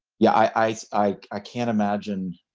yeah i can't imagine